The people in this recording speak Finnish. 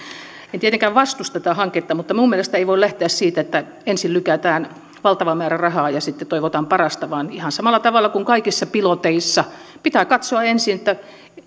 en tietenkään vastusta tätä hanketta mutta mielestäni ei voi lähteä siitä että ensin lykätään valtava määrä rahaa ja sitten toivotaan parasta vaan ihan samalla tavalla kuin kaikissa piloteissa pitää katsoa ensin että